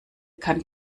kann